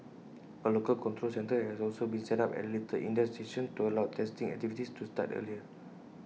A local control centre has also been set up at little India station to allow testing activities to start earlier